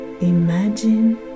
imagine